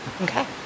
Okay